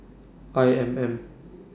I M M